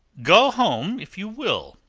go home, if you will,